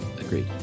Agreed